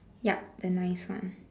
yup the nice one